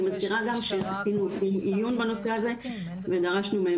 אני מזכירה גם שעשינו יום עיון בנושא הזה ודרשנו מהם